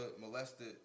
molested